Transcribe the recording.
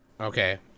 Okay